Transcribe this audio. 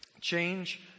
Change